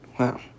Wow